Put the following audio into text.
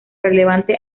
relevante